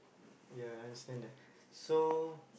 ya I understand that so